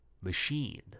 Machine